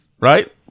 right